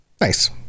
Nice